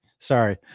sorry